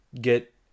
Get